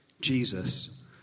Jesus